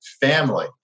family